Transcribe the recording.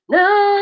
no